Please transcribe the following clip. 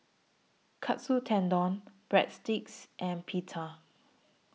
Katsu Tendon Breadsticks and Pita